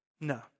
No